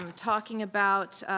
um talking about